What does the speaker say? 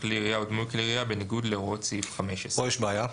כלי ירייה או דמוי כלי ירייה בניגוד להוראות לסעיף 15. פה יש בעיה.